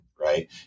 right